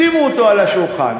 שימו אותו על השולחן,